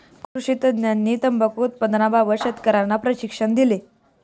कृषी शास्त्रज्ञांनी तंबाखू उत्पादनाबाबत शेतकर्यांना प्रशिक्षण दिले